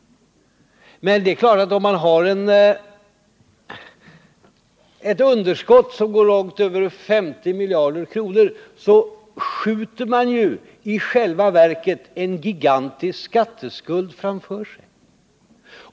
Men det är klart att man, om man har ett underskott som går långt över 50 miljarder kronor, i själva verket skjuter en gigantisk skatteskuld framför sig.